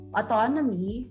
autonomy